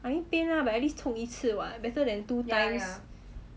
I mean pain lah but at least 痛一次 [what] better than two times